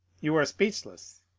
you are speechless.